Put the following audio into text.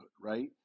right